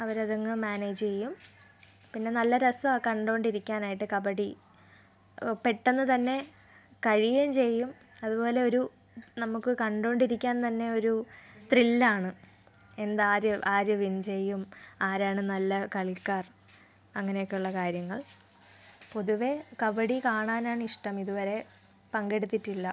അവർ അതങ്ങ് മാനേജ് ചെയ്യും പിന്നെ നല്ല രസമാണ് കണ്ടുകൊണ്ടിരിക്കാനായിട്ട് കബഡി പെട്ടെന്ന് തന്നെ കഴിയുകയും ചെയ്യും അതുപോലെ ഒരു നമുക്ക് കണ്ടുകൊണ്ടിരിക്കാൻ തന്നെ ഒരു ത്രിൽ ആണ് എന്ത് ആര് ആര് വിൻ ചെയ്യും ആരാണ് നല്ല കളിക്കാർ അങ്ങനെയൊക്കെ ഉള്ള കാര്യങ്ങൾ പൊതുവേ കബഡി കാണാനാണിഷ്ടം ഇതുവരെ പങ്കെടുത്തിട്ടില്ല